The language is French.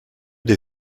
des